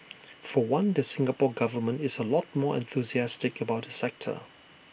for one the Singapore Government is A lot more enthusiastic about the sector